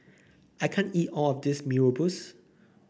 I can't eat all of this Mee Rebus